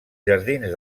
jardins